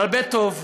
בהרבה טוב,